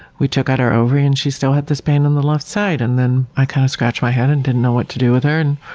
we took out her ovary, and she still had this pain on the left side. and i kind of scratched my head and didn't know what to do with her, and